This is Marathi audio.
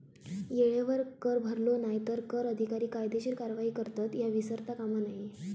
येळेवर कर भरलो नाय तर कर अधिकारी कायदेशीर कारवाई करतत, ह्या विसरता कामा नये